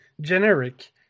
generic